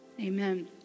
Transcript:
amen